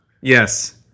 Yes